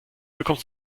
bekommst